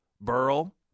Burl